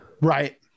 right